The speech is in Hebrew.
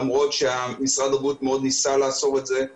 למרות שמשרד הבריאות מאוד ניסה לאסור את זה אבל